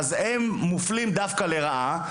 הם מופלים דווקא לרעה.